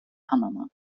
panama